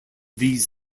these